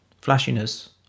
flashiness